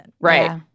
Right